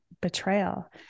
betrayal